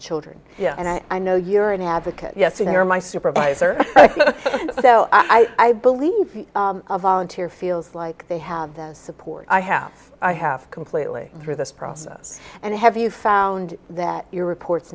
children and i know you're an advocate yes you are my supervisor and so i believe volunteer feels like they have the support i have i have completely through this process and have you found that your reports